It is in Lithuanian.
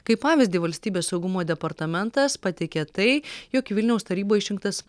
kaip pavyzdį valstybės saugumo departamentas pateikė tai jog į vilniaus tarybą išrinktas